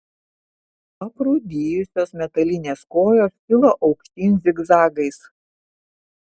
aprūdijusios metalinės kojos kilo aukštyn zigzagais